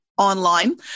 online